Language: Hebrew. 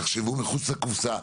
תחשבו מחוץ לקופסא,